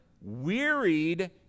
Wearied